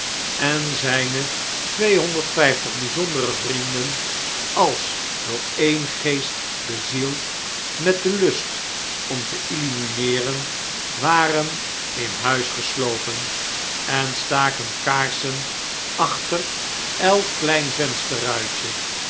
en ztine tweehonderd vyf'tig bnzondere vrienden als door een geest bezield met den lust om te illumineeren waren in huis geslopen en staken kaarsen achter elk klein